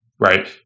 right